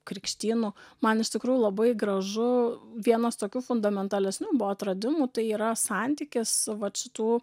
krikštynų man iš tikrųjų labai gražu vienas tokių fundamentalesnių buvo atradimų tai yra santykis vat šitų